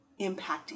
impacting